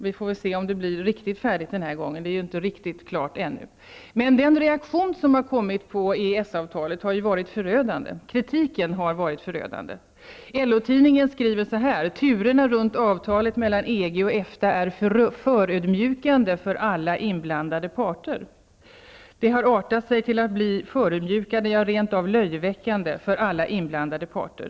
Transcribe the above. Vi får väl se om det blivit riktigt färdigt den här gången. Det är ju inte helt klart ännu. Men kritiken mot EES-avtalet har ju varit förödande. LO-Tidningen skriver: ''Turerna kring EES-avtalet har i praktiken artat sig till att bli förödmjukande, rent av löjeväckande, för alla inblandade parter.